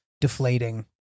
deflating